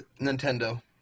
Nintendo